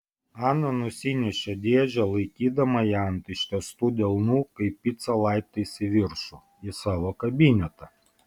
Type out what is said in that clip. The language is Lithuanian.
ana nusinešė dėžę laikydama ją ant ištiestų delnų kaip picą laiptais į viršų į savo kabinetą